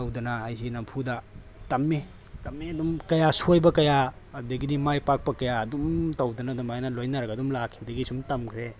ꯇꯧꯗꯅ ꯑꯩꯁꯦ ꯅꯝꯐꯨꯗ ꯇꯝꯃꯤ ꯇꯝꯃꯤ ꯑꯗꯨꯝ ꯀꯌꯥ ꯁꯣꯏꯕ ꯀꯌꯥ ꯑꯗꯨꯗꯒꯤꯗꯤ ꯃꯥꯏ ꯄꯥꯛꯄ ꯀꯌꯥ ꯑꯗꯨꯝ ꯇꯧꯗꯅ ꯑꯗꯨꯃꯥꯏꯅ ꯂꯣꯏꯅꯔꯒ ꯑꯗꯨꯝ ꯂꯥꯛꯈꯤꯕꯗꯒꯤ ꯁꯨꯝ ꯇꯝꯈ꯭ꯔꯦ